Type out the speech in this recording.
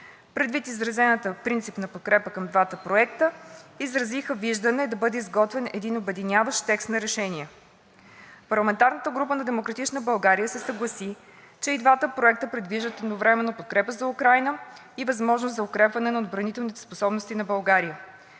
Предвид изразената принципна подкрепа и към двата проекта изразиха виждане да бъде изготвен един обединяващ двата проекта текст на решение. Парламентарната група на „Демократична България“ се съгласи, че и двата проекта предвиждат едновременно подкрепа за Украйна и възможност за укрепване на отбранителните способности на България.